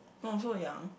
oh so young